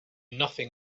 nothing